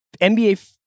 NBA